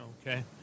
Okay